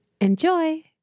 Enjoy